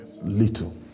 Little